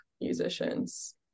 musicians